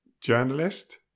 journalist